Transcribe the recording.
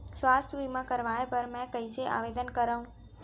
स्वास्थ्य बीमा करवाय बर मैं कइसे आवेदन करव?